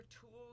tools